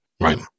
Right